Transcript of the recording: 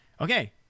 Okay